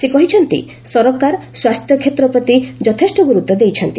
ସେ କହିଛନ୍ତି ସରକାର ସ୍ୱାସ୍ଥ୍ୟ କ୍ଷେତ୍ର ପ୍ରତି ଯଥେଷ୍ଟ ଗୁରୁତ୍ୱ ଦେଇଛନ୍ତି